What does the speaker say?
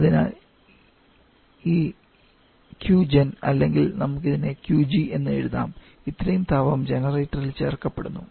അതിനാൽ ഈ Qgen അല്ലെങ്കിൽ നമുക്ക് QG എന്ന് എഴുതാം ഇത്രയും താപം ജനറേറ്ററിൽ ചേർക്കപ്പെടുന്നു